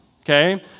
okay